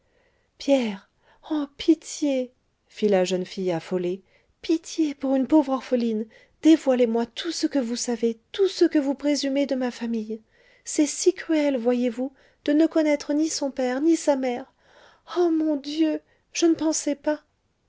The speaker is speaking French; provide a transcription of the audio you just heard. oh pitié fit la jeune fille affolée pitié pour une pauvre orpheline dévoilez moi tout ce que vous savez tout ce que vous présumez de ma famille c'est si cruel voyez-vous de ne connaître ni son père ni sa mère ah mon dieu je ne pensais pas